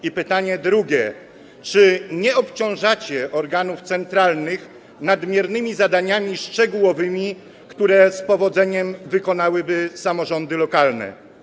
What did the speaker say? I pytanie drugie: Czy nie obciążacie organów centralnych nadmiernymi zadaniami szczegółowymi, które z powodzeniem wykonałyby samorządy lokalne?